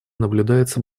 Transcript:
наблюдается